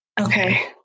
Okay